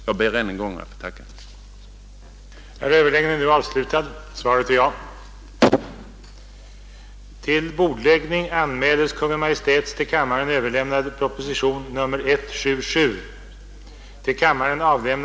Jag ber än en gång att få tacka för svaret.